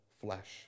flesh